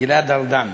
גלעד ארדן,